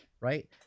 right